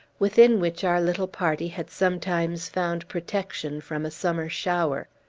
within which our little party had sometimes found protection from a summer shower.